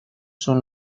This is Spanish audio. son